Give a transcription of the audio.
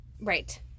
Right